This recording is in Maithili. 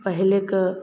पहिले कऽ